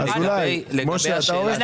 אני אעשה את